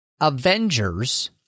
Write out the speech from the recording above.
Avengers